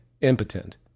impotent